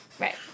Right